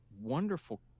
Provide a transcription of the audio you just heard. wonderful